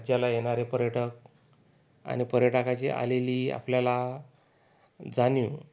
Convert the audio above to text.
राज्याला येणारे पर्यटक आणि पर्यटकाची आलेली आपल्याला जाणीव